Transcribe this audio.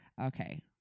Okay